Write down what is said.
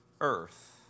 earth